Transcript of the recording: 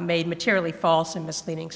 made materially false and misleading